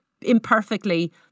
imperfectly